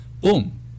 Boom